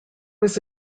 was